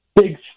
big